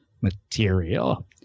material